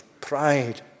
pride